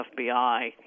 FBI